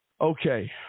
Okay